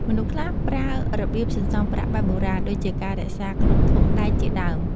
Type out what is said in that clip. មនុស្សខ្លះប្រើរបៀបសន្សំប្រាក់បែបបុរាណ ដូចជាការរក្សាក្នុងធុងដែកជាដើម។